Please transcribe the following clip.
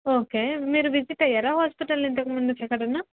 okay మీరు visit అయ్యారా hospital ఇంతకుముందు ఎక్కడైనా